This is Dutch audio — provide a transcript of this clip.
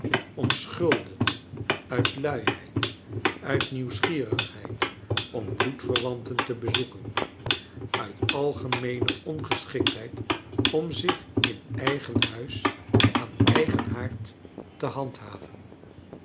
ona schulden uit luiheid uit nieuwsgierigheid om bloedverwanten te bezoeken uit algemeene ongeschiktheid om zich in eigen huis aan eigen haard te handhaven